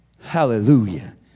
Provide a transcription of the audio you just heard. hallelujah